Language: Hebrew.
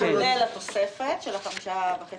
כולל התוספת של 5.5 המיליון?